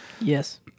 Yes